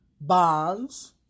bonds